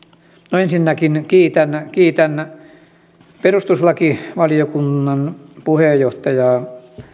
no ensinnäkin kiitän kiitän perustuslakivaliokunnan puheenjohtajaa